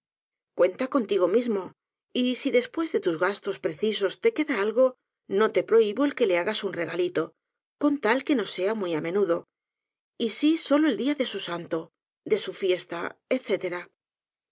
cuenta contigo mismo y si después de tus gastos precisos te queda algo no te prohibo el que la hagas un regalito con tal que no sea muy á menudo y si solo el dia de su s a n t o de su fiesta